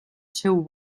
seu